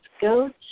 go